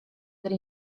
der